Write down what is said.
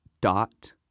dot